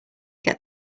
get